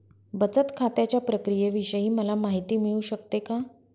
बचत खात्याच्या प्रक्रियेविषयी मला माहिती मिळू शकते का?